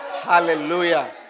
hallelujah